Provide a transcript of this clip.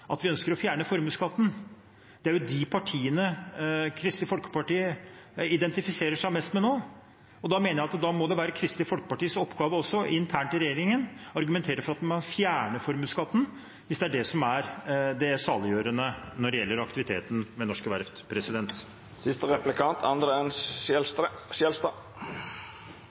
at vi ønsker å fjerne formuesskatten – det er jo de partiene Kristelig Folkeparti identifiserer seg mest med nå. Da mener jeg at det også må være Kristelig Folkepartis oppgave, internt i regjeringen, å argumentere for at man skal fjerne formuesskatten, hvis det er det som er det saliggjørende når det gjelder aktiviteten ved norske verft.